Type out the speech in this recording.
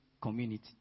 community